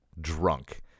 drunk